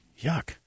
Yuck